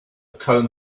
cone